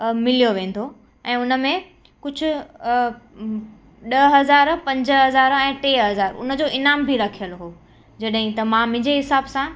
मिलियो वेंदो ऐं उन में कुझु ॾह हज़ार पंज हज़ार ऐं टे हज़ार उन जो इनामु बि रखियलु हो जॾहिं त मां मुंहिंजे हिसाब सां